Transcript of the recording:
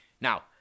Now